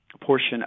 portion